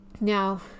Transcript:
Now